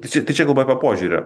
tai čia tai čia kalba apie požiūrį